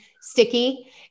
sticky